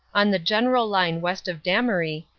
on the general line west of damery,